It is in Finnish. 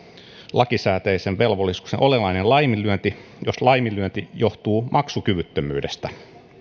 lakisääteisten velvollisuuksien olennainen laiminlyönti jos laiminlyönti johtuu maksukyvyttömyydestä